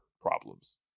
problems